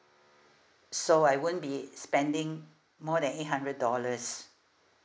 so I won't be spending more than eight hundred dollars